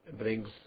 brings